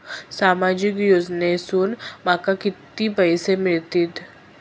सामाजिक योजनेसून माका किती पैशे मिळतीत?